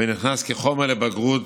ונכנס כחומר לבגרות